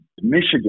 Michigan